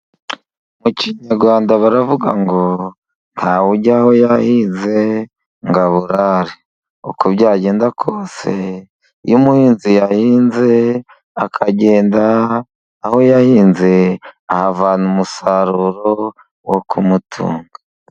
Mu kinyarwanda baravuga ngo :"ntawujya aho yahinze ngo aburare". Uko byagenda kose iyo umuhinzi yahinze, akagenda aho yahinze ahavana umusaruro wo kumutunga.